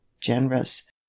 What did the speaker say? generous